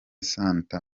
santa